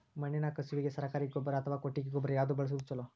ಮಣ್ಣಿನ ಕಸುವಿಗೆ ಸರಕಾರಿ ಗೊಬ್ಬರ ಅಥವಾ ಕೊಟ್ಟಿಗೆ ಗೊಬ್ಬರ ಯಾವ್ದು ಬಳಸುವುದು ಛಲೋ?